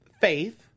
Faith